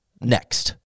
next